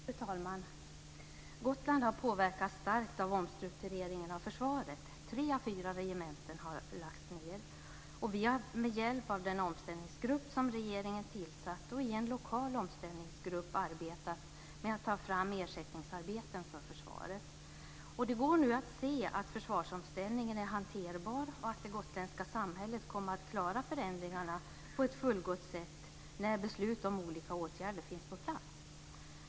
Fru talman! Gotland har påverkats starkt av omstruktureringen av försvaret. Tre av fyra regementen har lagts ned. Vi har med hjälp av den omställningsgrupp som regeringen har tillsatt och i en lokal omställningsgrupp arbetat med att ta fram ersättningsarbeten för försvaret. Det går nu att se att försvarsomställningen är hanterbar och att det gotländska samhället kommer att klara förändringarna på ett fullgott sätt när beslut om de olika åtgärderna finns på plats.